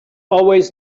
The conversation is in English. always